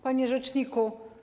Panie Rzeczniku!